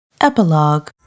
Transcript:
Epilogue